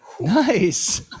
Nice